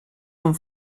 amb